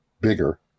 bigger